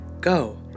Go